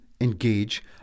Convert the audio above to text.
engage